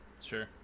sure